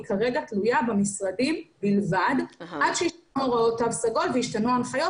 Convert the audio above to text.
כרגע תלויה במשרדים בלבד עד שישתנו הוראות תו סגול וישתנו ההנחיות